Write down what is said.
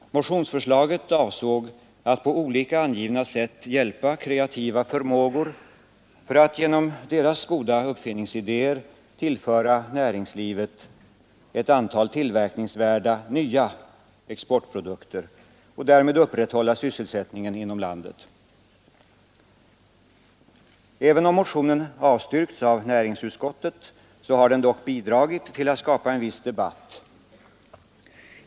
Motionsförslaget avsåg att på olika angivna sätt hjälpa kreativa förmågor för att genom deras goda uppfinningsidéer tillföra näringslivet ett antal tillverkningsvärda nya exportprodukter och därmed upprätthålla sysselsättningen inom landet. Även om motionen avstyrkts av näringsutskottet har den dock bidragit till att skapa en viss debatt.